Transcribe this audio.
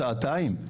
שעתיים?